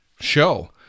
show